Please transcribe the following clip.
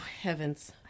heavens